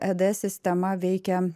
eds sistema veikia